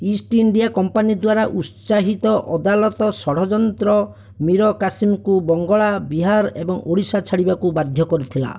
east India company ଦ୍ୱାରା ଉତ୍ସାହିତ ଅଦାଲତ ଷଡ଼ଯନ୍ତ୍ର ମୀର କାସିମ୍ଙ୍କୁ ବଙ୍ଗଳା ବିହାର ଏବଂ ଓଡ଼ିଶା ଛାଡ଼ିବାକୁ ବାଧ୍ୟ କରିଥିଲା